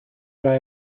rai